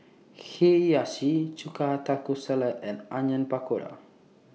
Hiyashi Chuka Taco Salad and Onion Pakora